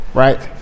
right